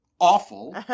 Awful